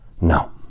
no